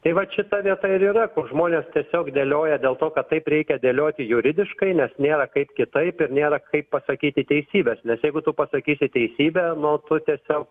tai vat šita vieta ir yra kur žmonės tiesiog dėlioja dėl to kad taip reikia dėlioti juridiškai nes nėra kaip kitaip ir nėra kaip pasakyti teisybės bet jeigu tu pasakysi teisybę nu tu tiesiog